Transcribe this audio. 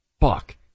fuck